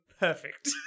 perfect